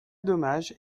dommage